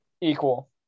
Equal